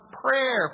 prayer